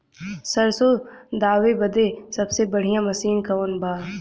सरसों दावे बदे सबसे बढ़ियां मसिन कवन बा?